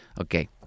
Okay